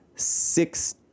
six